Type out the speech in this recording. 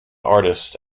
artist